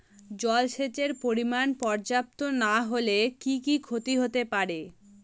জলসেচের পরিমাণ পর্যাপ্ত না হলে কি কি ক্ষতি হতে পারে?